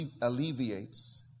alleviates